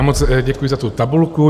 Moc děkuji za tu tabulku.